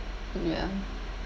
ya